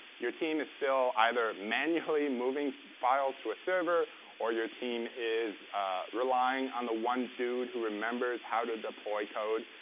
your team is still either manually moving files to a server or your team is relying on the one dude who remembers how to deploy code.